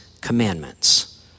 commandments